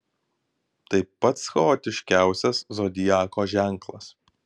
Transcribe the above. tai pats chaotiškiausias zodiako ženklas